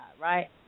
right